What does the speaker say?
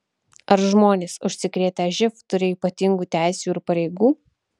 ar žmonės užsikrėtę živ turi ypatingų teisių ir pareigų